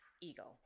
ego